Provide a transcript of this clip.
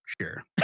sure